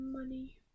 money